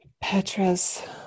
Petra's